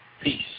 Peace